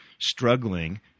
struggling